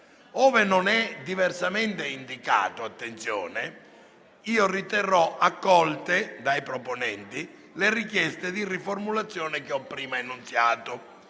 Ove non diversamente indicato - attenzione! - riterrò accolte dai proponenti le richieste di riformulazione da parte